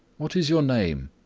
what is your name?